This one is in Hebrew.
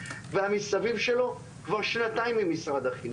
והמסביב שלו כבר שנתיים עם משרד החינוך,